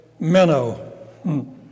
Menno